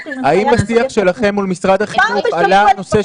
האם בשיח שלכם מול משרד החינוך עלה הנושא